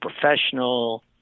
professional